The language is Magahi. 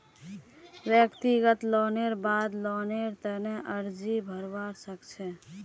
व्यक्तिगत लोनेर बाद लोनेर तने अर्जी भरवा सख छि